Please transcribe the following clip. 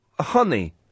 honey